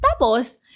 Tapos